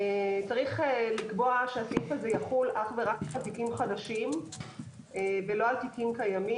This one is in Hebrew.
צריך לקבוע שהסעיף הזה יחול אך ורק על תיקים חדשים ולא על תיקים קיימים,